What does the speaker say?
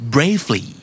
Bravely